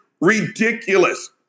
ridiculous